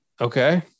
okay